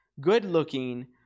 good-looking